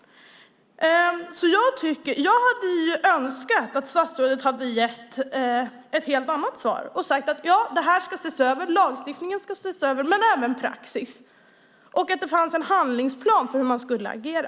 Jag hade alltså önskat att statsrådet hade gett ett helt annat svar och sagt: Detta ska ses över. Lagstiftningen ska ses över, men även praxis, och det finns en handlingsplan för hur man ska agera.